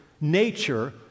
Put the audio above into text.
nature